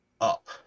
up